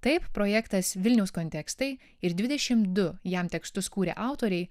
taip projektas vilniaus kontekstai ir dvidešim du jam tekstus kūrę autoriai